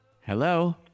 Hello